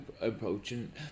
approaching